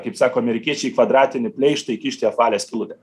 kaip sako amerikiečiai kvadratinį pleištą įkišt į apvalią skylutę